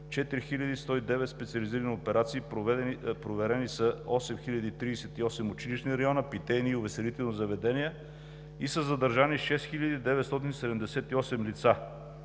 4109 специализирани операции, проверени са 8038 училищни района, питейни и увеселителни заведения и са задържани 6978 лица.